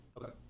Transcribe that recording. Okay